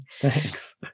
Thanks